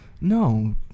No